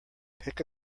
pick